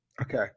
Okay